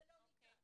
זה לא ניתן.